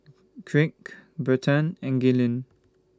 Craig Bryton and Gaylene